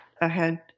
ahead